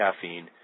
caffeine